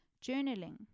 journaling